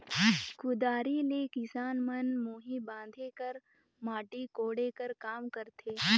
कुदारी ले किसान मन मुही बांधे कर, माटी कोड़े कर काम करथे